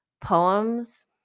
poems